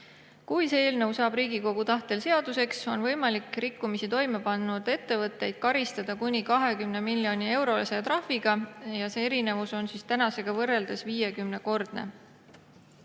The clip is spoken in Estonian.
Kui see eelnõu saab Riigikogu tahtel seaduseks, on võimalik rikkumisi toime pannud ettevõtteid karistada kuni 20 miljoni eurose trahviga. See erinevus on tänasega võrreldes 50-kordne.